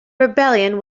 rebellion